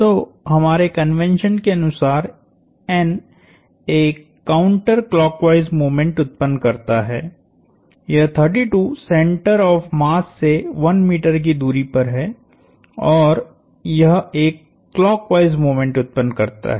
तो हमारे कन्वेंशन के अनुसार N एक काउंटर क्लॉकवाइस मोमेंट उत्पन्न करता है यह 32 सेंटर ऑफ़ मास से 1 मीटर की दूरी पर है और यह एक क्लॉकवाइस मोमेंट उत्पन्न करता है